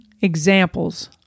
examples